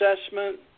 assessment